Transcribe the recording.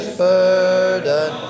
burden